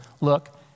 look